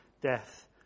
death